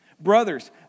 Brothers